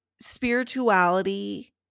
spirituality